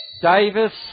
Davis